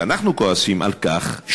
ואנחנו כועסים על כך,